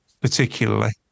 particularly